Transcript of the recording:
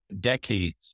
decades